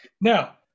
now